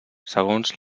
segons